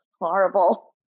horrible